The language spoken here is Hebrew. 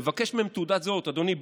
לבקש מהם תעודת זהות: אדוני,